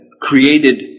created